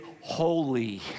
holy